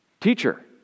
Teacher